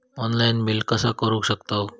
Online bill कसा करु शकतव?